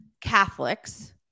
Catholics